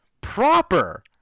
proper